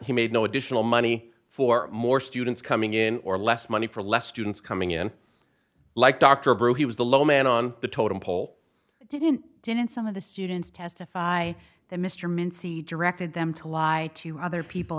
he made no additional money for more students coming in or less money for less students coming in like dr brewer he was the low man on the totem pole didn't didn't some of the students testify that mr mincy directed them to lie to other people